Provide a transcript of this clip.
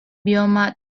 bioma